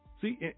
See